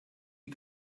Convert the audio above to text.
die